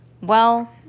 Well